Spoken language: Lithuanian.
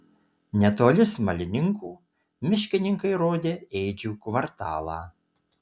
netoli smalininkų miškininkai rodė ėdžių kvartalą